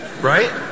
Right